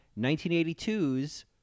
1982's